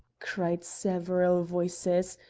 cried several voices,